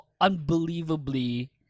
unbelievably